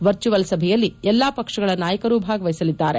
virtual ಸಭೆಯಲ್ಲಿ ಎಲ್ಲಾ ಪಕ್ಷಗಳ ನಾಯಕರು ಭಾಗವಹಿಸಲಿದ್ದಾರೆ